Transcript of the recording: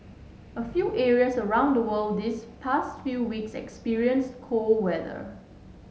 a few areas around the world this past few weeks experience cold weather